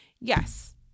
Yes